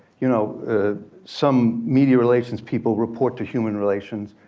you know ah some media relations people report to human relations,